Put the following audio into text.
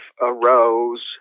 arose